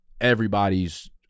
everybody's